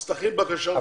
אז תכין בקשה מסודרת.